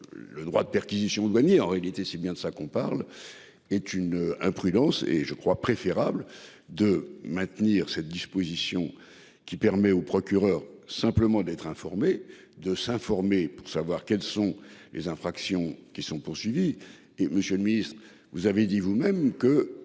le droit de perquisition douaniers en réalité c'est bien de ça qu'on parle est une imprudence et je crois préférable de maintenir cette disposition qui permet au procureur simplement d'être informés de s'informer pour savoir quelles sont les infractions qui sont poursuivis et Monsieur le Ministre, vous avez dit vous-même que